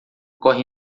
corre